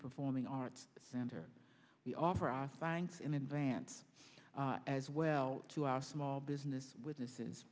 performing arts center the offer us banks in advance as well to our small business witnesses